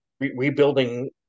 rebuilding